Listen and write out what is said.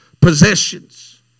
possessions